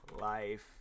life